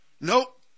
Nope